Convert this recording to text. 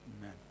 Amen